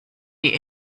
die